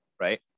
right